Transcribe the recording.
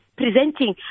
presenting